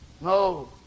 No